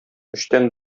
өчтән